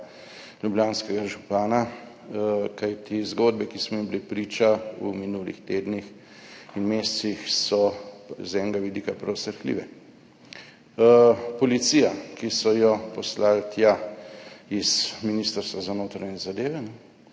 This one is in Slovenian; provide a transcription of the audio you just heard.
ljubljanskega župana, kajti zgodbe, ki smo jim bili priča v minulih tednih in mesecih, so z enega vidika prav srhljive. Policija, ki so jo tja poslali z Ministrstva za notranje zadeve,